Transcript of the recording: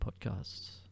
podcasts